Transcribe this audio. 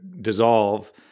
dissolve